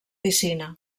piscina